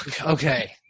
Okay